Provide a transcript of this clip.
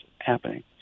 happening